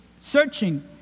searching